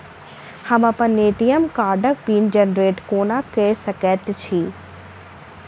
हम अप्पन ए.टी.एम कार्डक पिन जेनरेट कोना कऽ सकैत छी?